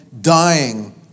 dying